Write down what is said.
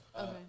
Okay